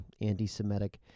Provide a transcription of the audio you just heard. anti-Semitic